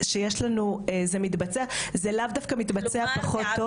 זה לאו דווקא מתבצע פחות טוב.